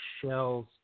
shells